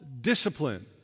discipline